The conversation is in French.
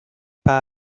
pas